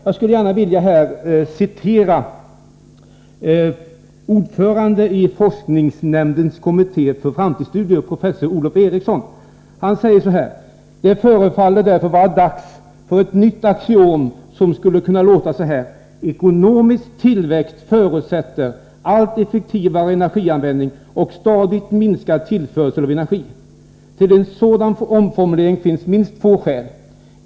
Jag skulle vilja citera vad ordföranden i Forskningsrådsnämndens kommitté för framtidsstudier, professor Olof Eriksson, har sagt: ”Det förefaller därför vara dags för ett nytt axiom som skulle kunna låta så här: Ekonomisk tillväxt förutsätter allt effektivare energianvändning och stadigt minskad tillförsel av energi. Till en sådan omformulering finns åtminstone två skäl.